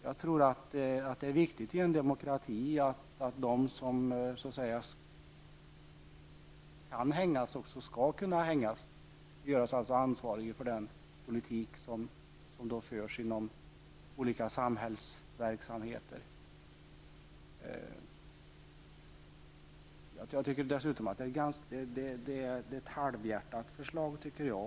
Jag tror att det i en demokrati är viktigt att de som kan hängas också skall kunna hängas, dvs. göras ansvariga för den politik som förs inom olika samhällsområden. Jag tycker dessutom att det är ett halvhjärtat förslag.